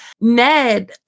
Ned